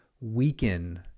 weaken